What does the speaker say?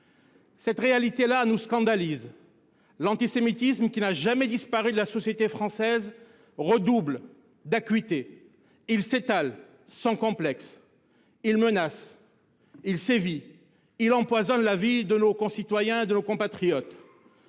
Cette réalité là nous scandalise. L’antisémitisme, qui n’a jamais disparu de la société française, redouble d’acuité. Il s’étale sans complexe. Il menace, il sévit, il empoisonne la vie de nos concitoyens, de nos compatriotes.